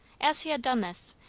as he had done this,